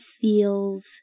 feels